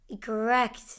correct